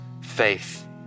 faith